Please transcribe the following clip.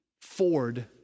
Ford